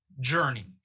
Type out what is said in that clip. journey